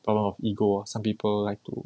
problem of ego lor some people like to